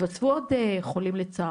אולי בכל זאת לעשות קטגוריות באוכלוסיה הקשה.